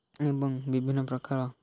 ଏବଂ ବିଭିନ୍ନପ୍ରକାର